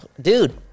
Dude